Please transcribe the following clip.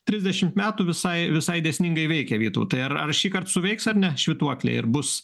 trisdešimt metų visai visai dėsningai veikia vytautai ar ar šįkart suveiks ar ne švytuoklė ir bus